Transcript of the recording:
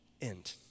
end